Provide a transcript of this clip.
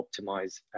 optimize